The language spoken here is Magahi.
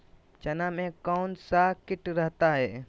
चना में कौन सा किट रहता है?